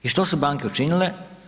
I što su banke učinile?